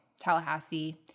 tallahassee